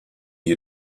you